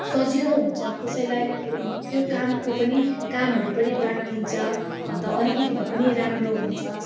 सजिलो हुन्छ कसैलाई त्यो कामको पनि कामहरू पनि बाँडिन्छ अन्त अलिकिति भए पनि राम्रो हुन्छ